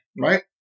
right